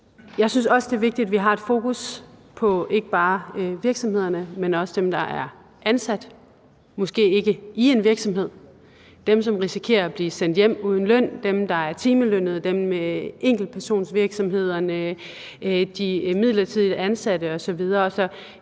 Jeg synes også, det er vigtigt, at vi har et fokus på ikke bare virksomhederne, men også på dem, der er ansat – måske ikke i en virksomhed, men dem, som risikerer at blive sendt hjem uden løn, dem, der er timelønnede, dem med enkeltpersonsvirksomheder, de midlertidigt ansatte osv.